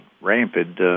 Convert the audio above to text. rampant